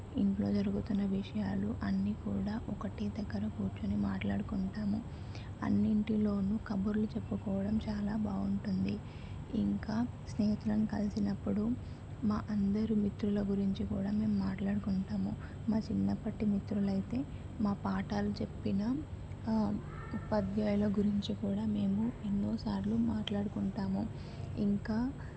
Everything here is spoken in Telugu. ఇంట్లో జరుగుతున్న విషయాలు అన్నీ కూడా ఒకటే దగ్గర కూర్చొని మాట్లాడుకుంటాము అన్నింటిలోనూ కబుర్లు చెప్పుకోవడం చాలా బాగుంటుంది ఇంకా స్నేహితులను కలిసినప్పుడు మా అందరి మిత్రుల గురించి కూడా మేము మాట్లాడుకుంటాము మా చిన్నప్పటి మిత్రులయితే మా పాఠాలు చెప్పిన ఉపాధ్యాయుల గురించి కూడా మేము ఎన్నోసార్లు మాట్లాడుకుంటాము ఇంకా